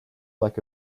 like